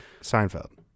Seinfeld